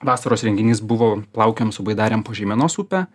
vasaros renginys buvo plaukiojom su baidarėm po žeimenos upę